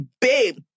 babe